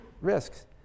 risks